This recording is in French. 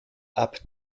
apt